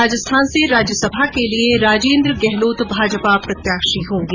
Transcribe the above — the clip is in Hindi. राजस्थान से राज्यसभा के लिए राजेन्द्र गहलोत भाजपा प्रत्याशी होंगे